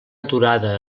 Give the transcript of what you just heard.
durada